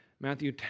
Matthew